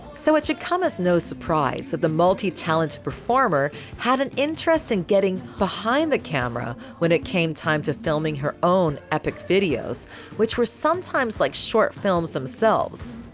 so it should come as no surprise that the multitalented performer had an interest in getting behind the camera when it came time to filming her own epic videos which were sometimes like short films themselves.